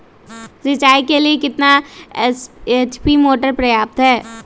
सिंचाई के लिए कितना एच.पी मोटर पर्याप्त है?